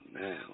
man